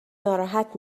ناراحت